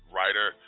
Writer